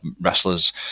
wrestlers